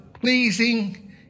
pleasing